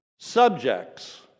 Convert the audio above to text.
subjects